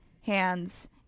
hands